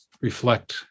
reflect